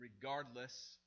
Regardless